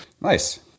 nice